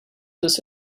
this